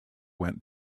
went